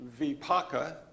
Vipaka